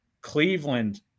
Cleveland